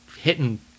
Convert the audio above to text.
hitting